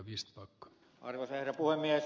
arvoisa herra puhemies